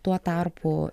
tuo tarpu